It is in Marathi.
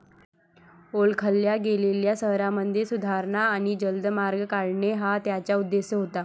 ओळखल्या गेलेल्या शहरांमध्ये सुधारणा आणि जलद मार्ग काढणे हा त्याचा उद्देश होता